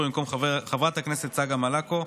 במקום חברת הכנסת צגה מלקו,